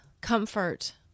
comfort